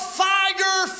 fire